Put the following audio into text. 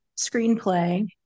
screenplay